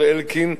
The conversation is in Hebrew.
מר אלקין,